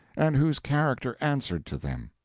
and whose character answered to them.